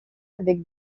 avec